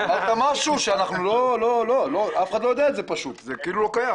אמרת משהו שאף אחד לא יודע, זה כאילו לא קיים.